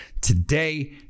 today